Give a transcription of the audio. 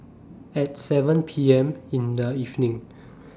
At seven P M in The evening